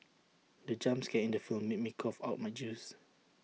the jump scare in the film made me cough out my juice